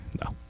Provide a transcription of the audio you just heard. No